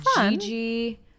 Gigi